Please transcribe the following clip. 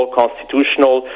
constitutional